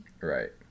Right